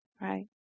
right